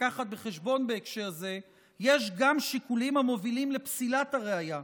להביא בחשבון בהקשר זה יש גם שיקולים המובילים לפסילת הראייה: